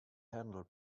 handled